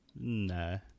No